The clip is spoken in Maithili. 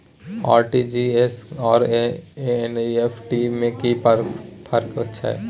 आर.टी.जी एस आर एन.ई.एफ.टी में कि फर्क छै?